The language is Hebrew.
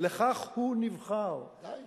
לכך הוא נבחר, בוודאי.